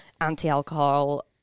anti-alcohol